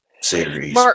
series